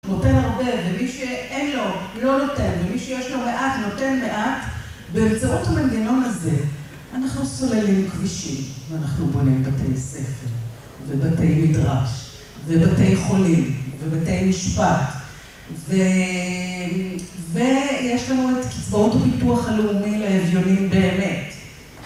נותן הרבה, ומי שאין לו, לא נותן, ומי שיש לו מעט, נותן מעט. באמצעות המנגנון הזה, אנחנו סוללים כבישים, ואנחנו בונים בתי ספר, ובתי מדרש, ובתי חולים, ובתי משפט. ויש לנו את קצבאות הביטוח הלאומי לאביונים באמת.